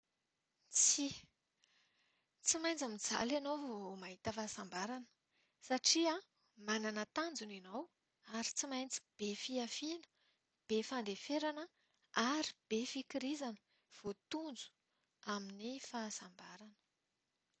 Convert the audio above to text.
Tsia. Tsy maintsy mijaly ianao vao mahita fahasambarana, satria an, manana tanjona ianao ary tsy maintsy be fihafiana, be fandeferana ary be fikirizana vao tojo amin'ny fahasambarana.